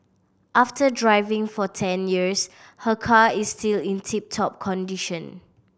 after driving for ten years her car is still in tip top condition